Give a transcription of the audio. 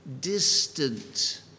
distant